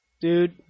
Dude